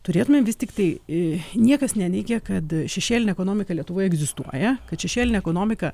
turėtumėm vis tiktai niekas neneigia kad šešėlinė ekonomika lietuvoje egzistuoja kad šešėlinė ekonomika